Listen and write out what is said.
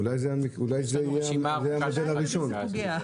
אולי זה יהיה המודל הראשון.